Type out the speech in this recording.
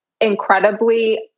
incredibly